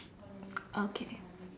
okay